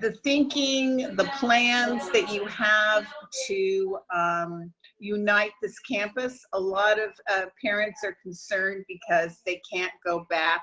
the thinking, the plans that you have to unite this campus. a lot of parents are concerned because they can't go back